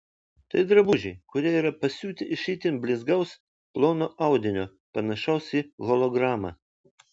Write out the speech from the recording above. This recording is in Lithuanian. tai drabužiai kurie yra pasiūti iš itin blizgaus plono audinio panašaus į hologramą